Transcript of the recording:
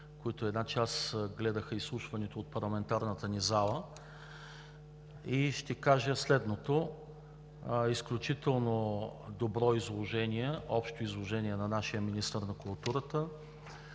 която гледаха изслушването от парламентарната зала. Ще кажа следното. Изключително добро общо изложение на нашия министър на културата.